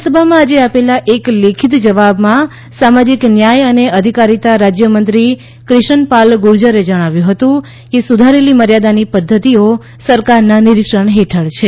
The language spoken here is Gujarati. રાજ્યસભામાં આજે આપેલા એક લેખિત જવાબમાં સામાજિક ન્યાય અને અધિકારિતા રાજ્યમંત્રી ક્રિશાનપાલ ગુજરે જણાવ્યું હતું કે સુધારેલી મર્યાદાની પદ્ધતિઓ સરકારના નિરીક્ષણ હેઠળ છે